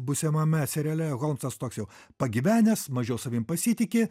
būsimame seriale o holmsas toks jau pagyvenęs mažiau savim pasitiki